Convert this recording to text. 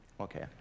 Okay